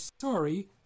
sorry